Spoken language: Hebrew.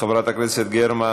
חברת הכנסת גרמן